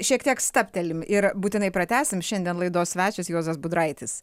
šiek tiek stabtelim ir būtinai pratęsim šiandien laidos svečias juozas budraitis